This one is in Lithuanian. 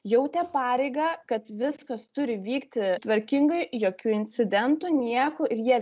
jautė pareigą kad viskas turi vykti tvarkingai jokių incidentų nieko ir jie